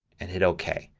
and hit ok.